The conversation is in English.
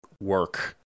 work